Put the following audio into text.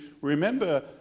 remember